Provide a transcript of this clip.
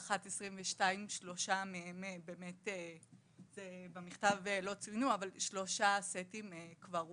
ב-2021-2022 שלושה סטים מהם במכתב לא צוינו אבל כבר אושרו,